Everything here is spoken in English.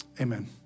Amen